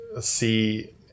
see